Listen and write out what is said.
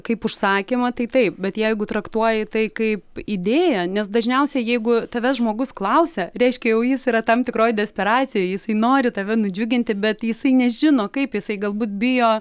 kaip užsakymą tai taip bet jeigu traktuoji tai kaip idėją nes dažniausiai jeigu tavęs žmogus klausia reiškia jau jis yra tam tikroj desperacijoj jisai nori tave nudžiuginti bet jisai nežino kaip jisai galbūt bijo